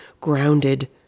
grounded